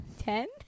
ten